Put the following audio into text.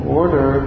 order